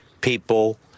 people